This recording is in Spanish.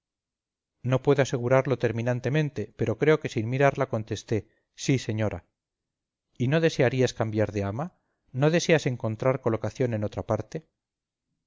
no puedo asegurarlo terminantemente pero creo que sin mirarla contesté sí señora y no desearías cambiar de ama no deseas encontrar colocación en otra parte